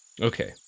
Okay